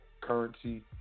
Currency